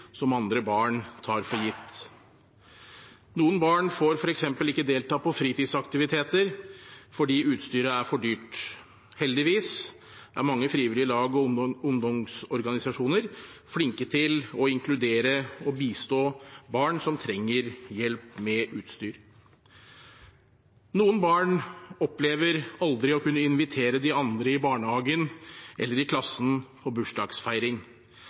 som andre barn tar for gitt. Noen barn får f.eks. ikke delta i fritidsaktiviteter fordi utstyret er for dyrt. Heldigvis er mange frivillige lag og ungdomsorganisasjoner flinke til å inkludere og bistå barn som trenger hjelp med utstyr. Noen barn opplever aldri å kunne invitere de andre i barnehagen eller klassen på bursdagsfeiring,